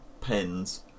pens